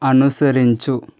అనుసరించు